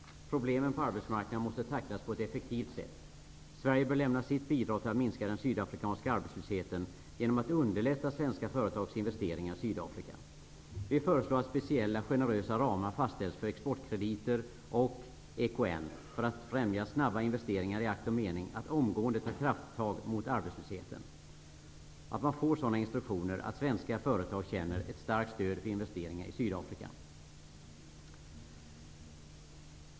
Problemen på arbetsmarknaden måste tacklas på ett effektivt sätt. Sverige bör lämna sitt bidrag till att minska den sydafrikanska arbetslösheten genom att underlätta svenska företags investeringar i Sydafrika. Vi föreslår att speciella generösa ramar fastställs för exportkrediter och för EKN för att främja snabba investeringar i akt och mening att omgående ta krafttag mot arbetslösheten och att man får sådana instruktioner att svenska företag känner ett starkt stöd för investeringar i Sydafrika.